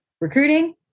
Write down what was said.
recruiting